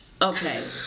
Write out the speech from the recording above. okay